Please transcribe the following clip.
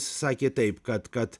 sakė taip kad kad